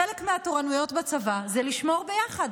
חלק מהתורנויות בצבא זה לשמור ביחד,